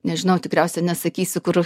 nežinau tikriausia nesakysiu kur